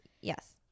Yes